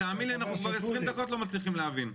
תאמין לי אנחנו כבר עשרים דקות לא מצליחים להבין.